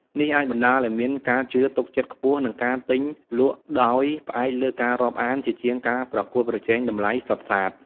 នេះអាចបណ្ដាលឱ្យមានការជឿទុកចិត្តខ្ពស់ និងការទិញលក់ដោយផ្អែកលើការរាប់អាន ជាជាងការប្រកួតប្រជែងតម្លៃសុទ្ធសាធ។